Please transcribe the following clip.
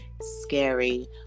scary